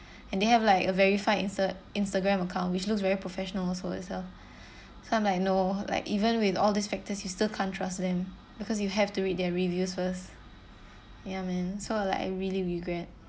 and they have like a verified Instagram account which looks very professionals also they sell some like no like even with all these factors you still can't trust them because you have to read their reviews first ya man so like I really regret